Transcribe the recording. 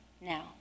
now